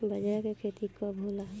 बजरा के खेती कब होला?